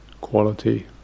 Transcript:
quality